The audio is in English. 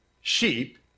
sheep